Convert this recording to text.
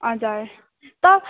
हजर त